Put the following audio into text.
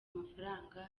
amafaranga